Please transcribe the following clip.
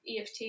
eft